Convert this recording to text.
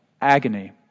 agony